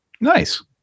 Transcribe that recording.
nice